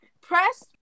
press